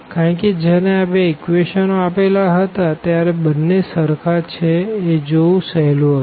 કારણ કે જયારે આ બે ઇક્વેશનો આપેલા હતા ત્યારે બંને સરખા છે એ જોવું સહેલું હતું